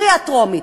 קריאה טרומית,